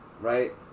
Right